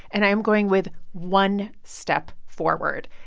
and i am going with one step forward